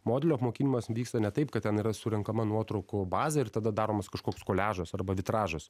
modelio apmokinimas vyksta ne taip kad ten yra surenkama nuotraukų bazė ir tada daromas kažkoks koliažas arba vitražas